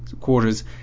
quarters